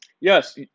yes